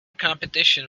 competition